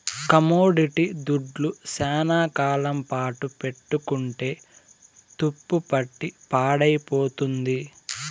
commodity దుడ్లు శ్యానా కాలం పాటు పెట్టుకుంటే తుప్పుపట్టి పాడైపోతుంది